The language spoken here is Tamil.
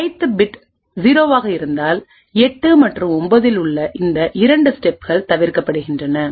ஐத்பிட் 0 ஆக இருந்தால் 8 மற்றும் 9 இல் உள்ள இந்த 2ஸ்டெப்கள் தவிர்க்கப்படுகின்றன